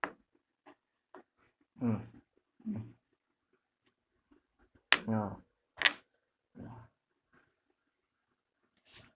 mm mm ya ya